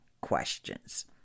questions